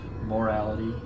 morality